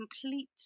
complete